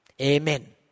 Amen